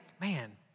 man